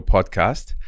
Podcast